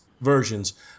versions